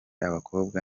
abakobwa